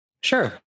sure